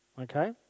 Okay